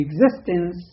existence